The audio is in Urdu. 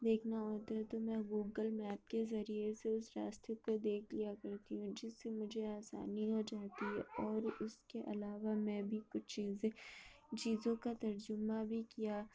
دیکھنا ہوتا ہے تو میں گوگل میپ کے ذریعے سے اس راستے کو دیکھ لیا کرتی ہوں جس سے مجھے آسانی ہو جاتی ہے اور اس کے علاوہ میں بھی کچھ چیزیں چیزوں کا ترجمہ بھی کیا